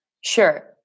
sure